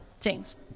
james